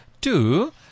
two